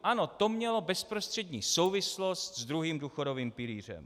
Ano, to mělo bezprostřední souvislost s druhým důchodovým pilířem.